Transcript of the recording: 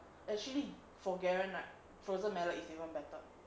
actually for garen right frozen mallet is even better